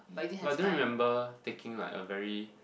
but I don't remember taking like a very